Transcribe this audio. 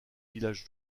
village